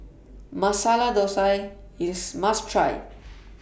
Masala Dosa IS must Try